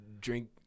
drink